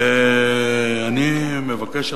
ואני מבקש,